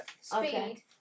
Speed